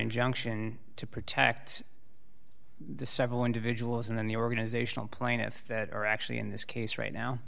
injunction to protect the several individuals in the organizational plaintiff that are actually in this case right now